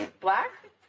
Black